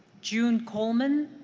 june coleman?